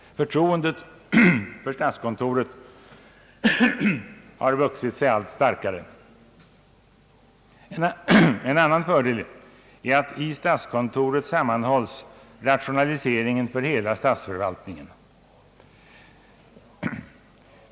Förtroendet för statskontoret har vuxit sig allt starkare. En annan fördel är att i statskontoret sammanhålls rationaliseringen för hela statsförvaltningen.